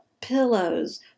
pillows